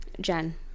jen